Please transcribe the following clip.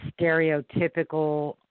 stereotypical